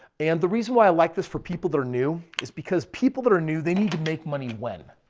and the reason why i like this for people that are new is because people that are new, they need to make money when?